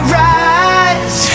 rise